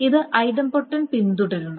ഇത് ഐടെംപൊട്ടൻറ് പിന്തുടരണം